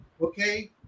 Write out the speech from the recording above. Okay